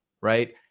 right